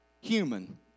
human